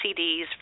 CDs